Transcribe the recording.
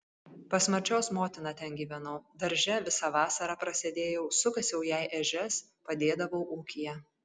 pas marčios motiną ten gyvenau darže visą vasarą prasėdėjau sukasiau jai ežias padėdavau ūkyje